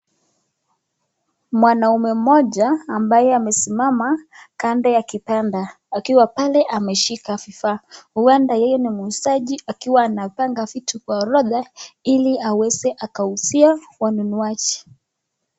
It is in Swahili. Mwanaume mmoja ambaye amesimama kando ya kibanda akiwa pale ameshika vifaa huenda yeye ni muuzaji akiwa anapanga vitu kwa orodha ili aweze akauzia wanunuaji.